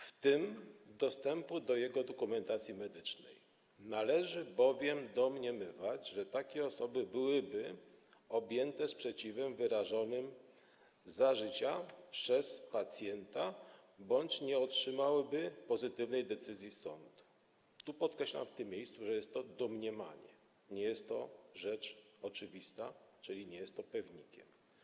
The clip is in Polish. w tym dostępu do jego dokumentacji medycznej, należy bowiem domniemywać, że takie osoby byłyby objęte sprzeciwem wyrażonym za życia przez pacjenta bądź nie otrzymałyby pozytywnej decyzji sądu - podkreślam w tym miejscu, że jest to domniemanie, nie jest to rzecz oczywista, czyli nie jest to pewnikiem.